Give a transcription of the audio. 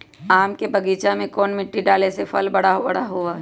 आम के बगीचा में कौन मिट्टी डाले से फल बारा बारा होई?